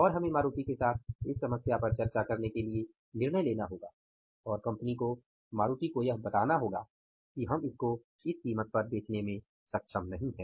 और हमें मारुति के साथ इस समस्या पर चर्चा करने के लिए निर्णय लेना होगा और कंपनी को मारुती को यह बताना होगा कि हम इसको इस कीमत पर बेचने में सक्षम नहीं हैं